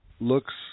looks